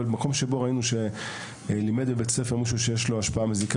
בבית ספר בו ראינו מישהו שיש לו השפעה מזיקה